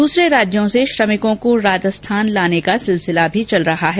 दूसरे राज्यों से श्रमिकों को राजस्थान लाने का सिलसिला भी चल रहा है